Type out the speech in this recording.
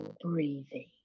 breathing